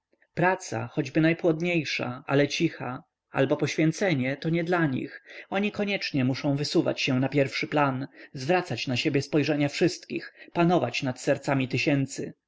praca choćby najpłodniejsza ale cicha albo poświęcenie to nie dla nich oni koniecznie muszą wysuwać się na pierwszy plan zwracać na siebie spojrzenia wszystkich panować nad sercami tysięcy